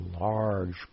large